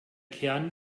kern